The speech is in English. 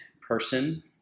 person